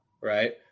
right